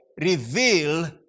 reveal